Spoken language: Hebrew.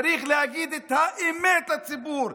צריך להגיד את האמת לציבור,